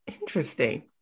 Interesting